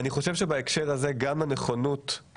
אתה יודע, מדברים: